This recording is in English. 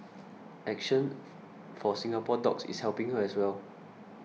action for Singapore Dogs is helping her as well